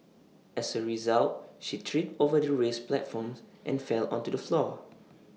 as A result she tripped over the raised platforms and fell onto the floor